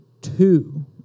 two